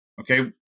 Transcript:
Okay